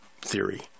theory